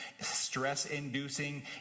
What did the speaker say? stress-inducing